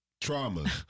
Trauma